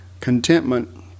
contentment